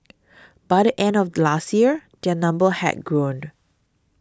by the end of last year their number had grown